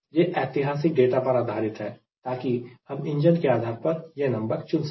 यह ऐतिहासिक डेटा पर आधारित है ताकि हम इंजन के आधार पर यह नंबर चुन सके